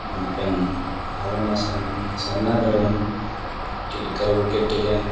ᱢᱮᱱᱠᱷᱟᱱ ᱟᱵᱚ ᱢᱟ ᱥᱟᱨᱱᱟ ᱫᱷᱚᱨᱚᱢ ᱪᱮᱫ ᱞᱮᱠᱟ ᱨᱮᱵᱚ ᱠᱮᱴᱮᱡᱟ